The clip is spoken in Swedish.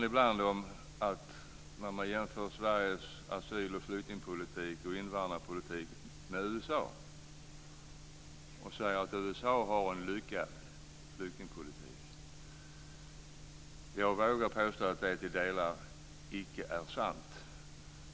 Ibland jämförs Sveriges asyl-, flykting och invandringspolitik med USA:s. Man säger att USA har en lyckad flyktingpolitik. Jag vågar påstå att det till delar icke är sant.